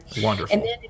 wonderful